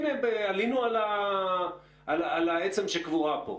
הנה, עלינו על העצם שקבורה כאן.